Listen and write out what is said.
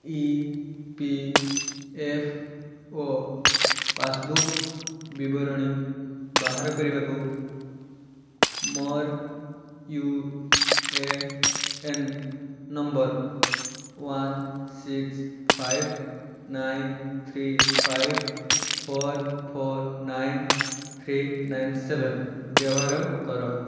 ଇ P F O passbook ବିବରଣୀ ବାହାର କରିବାକୁ ମୋର୍ U A N number one six five nine three five four four nine three nine seven ବ୍ୟବହାର କର